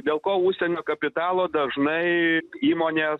dėl ko užsienio kapitalo dažnai įmonės